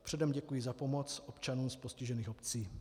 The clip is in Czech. Předem děkuji za pomoc občanům z postižených obcí.